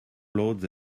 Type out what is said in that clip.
lords